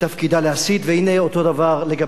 אותו דבר לגבי הרב אליהו,